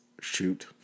shoot